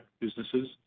businesses